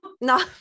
No